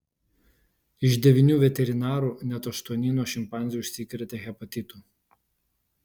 iš devynių veterinarų net aštuoni nuo šimpanzių užsikrėtė hepatitu